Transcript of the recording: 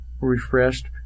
refreshed